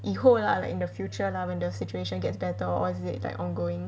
以后 lah like in the future lah when the situation gets better or is it like ongoing